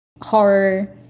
horror